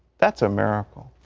that's a miracle.